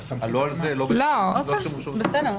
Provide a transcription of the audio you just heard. לא על זה, לא --- לא, אוקיי, בסדר.